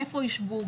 איפה יישבו,